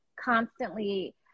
constantly